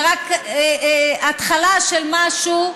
זה רק התחלה של משהו,